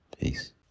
Peace